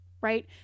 right